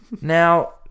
Now